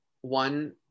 one